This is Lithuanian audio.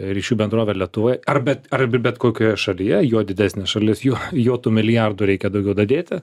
ryšių bendrove ir lietuvoj ar bet ar bet kokioje šalyje juo didesnė šalis juo juo tų milijardų reikia daugiau dadėti